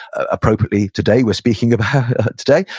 appropriately today, we're speaking about today.